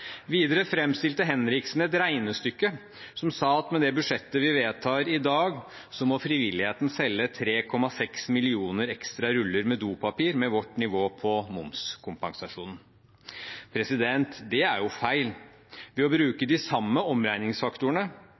Videre framstilte Henriksen et regnestykke som sa at med det budsjettet vi vedtar i dag, må frivilligheten selge 3,6 millioner ekstra ruller med dopapir med vårt nivå på momskompensasjonen. Det er feil. Ved å bruke de samme omregningsfaktorene